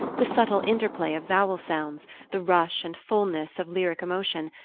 the subtle interplay of vowel-sounds, the rush and fulness of lyric emotion,